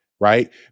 right